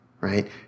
Right